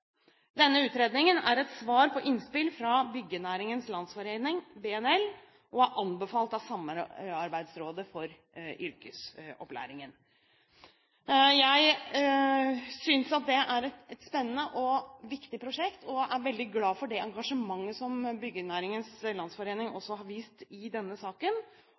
Denne utredningen er et svar på innspill fra Byggenæringens Landsforening, BNL, og er anbefalt av Samarbeidsrådet for yrkesopplæring. Jeg synes det er et spennende og viktig prosjekt og er veldig glad for det engasjementet som Byggenæringens Landsforening også har vist i denne saken.